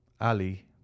Ali